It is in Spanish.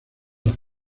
las